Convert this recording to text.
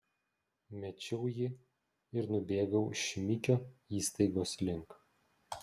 mečiau jį ir nubėgau šmikio įstaigos link